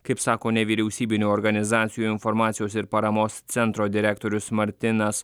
kaip sako nevyriausybinių organizacijų informacijos ir paramos centro direktorius martinas